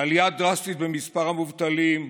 מהעלייה הדרסטית במספר המובטלים,